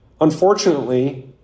unfortunately